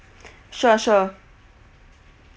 sure sure